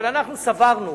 אבל אנחנו סברנו